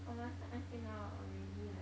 from the start until now already like